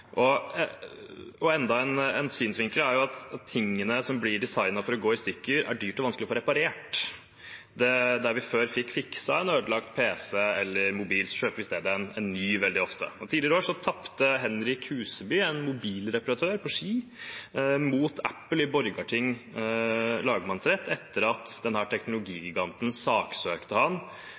Enda en synsvinkel er at tingene som blir designet for å gå i stykker, er det dyrt og vanskelig å få reparert. Der vi før fikk fikset en ødelagt pc eller mobil, kjøper vi i stedet veldig ofte en ny. Tidligere i år tapte Henrik Huseby, en mobilreparatør på Ski, mot Apple i Borgarting lagmannsrett etter at denne teknologigiganten saksøkte ham for å bruke reparerte originaldeler når han